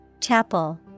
Chapel